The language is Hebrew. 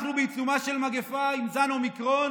אנחנו בעיצומה של מגפה עם זן אומיקרון.